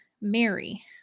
Mary